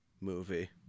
movie